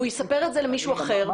הוא יספר את זה למישהו אחר,